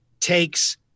Takes